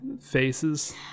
faces